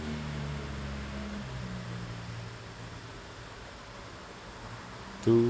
to